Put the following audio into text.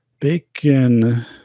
Bacon